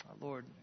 Lord